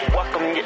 Welcome